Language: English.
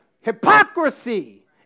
Hypocrisy